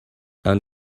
and